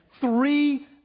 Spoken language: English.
three